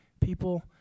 people